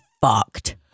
fucked